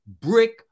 brick